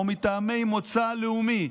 או מטעמי מוצא לאומי,